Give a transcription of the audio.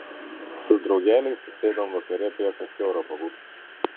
su draugeliais susėdom vakare prie kastioro pabūt